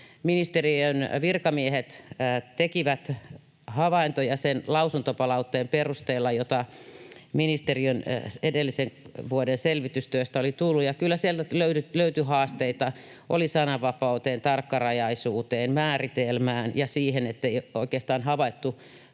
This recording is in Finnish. ministeriön virkamiehet tekivät havaintoja sen lausuntopalautteen perusteella, jota ministeriön edellisen vuoden selvitystyöstä oli tullut. Kyllä sieltä löytyi haasteita liittyen sananvapauteen, tarkkarajaisuuteen ja määritelmään, mutta ei myöskään oikeastaan havaittu